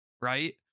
right